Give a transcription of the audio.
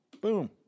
boom